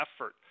effort